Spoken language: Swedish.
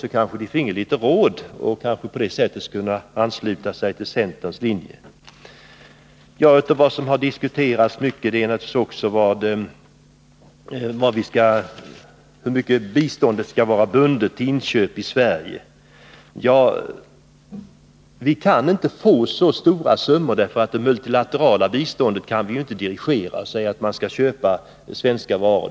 Då kunde man kanske få en del råd, så att man därefter kunde ansluta sig till centerns linje. En fråga som också har diskuterats mycket är naturligtvis i hur hög grad biståndet skall vara bundet till inköp i Sverige. Vi kan inte få så stora summor till vårt land, för vi kan ju inte dirigera det multilaterala biståndet och kräva att man skall köpa svenska varor.